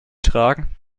tragen